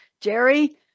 Jerry